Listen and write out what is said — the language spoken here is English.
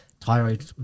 thyroid